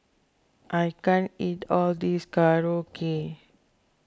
I can't eat all this Korokke